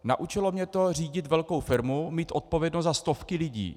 Naučilo mě to řídit velkou firmu, mít odpovědnost za stovky lidí.